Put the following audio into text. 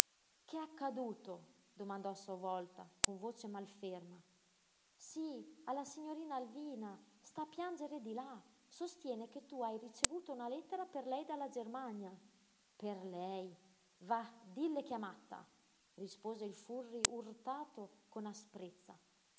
che è accaduto domandò a sua volta con voce mal ferma sí alla signorina alvina sta a piangere di là sostiene che tu hai ricevuto una lettera per lei dalla germania per lei va dille che è matta rispose il furri urtato con asprezza